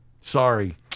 Sorry